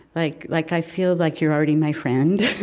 like like, i feel like you're already my friend